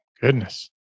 Goodness